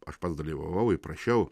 aš pats dalyvavau ir prašiau